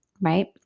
Right